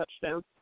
touchdown